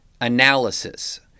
analysis